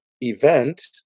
event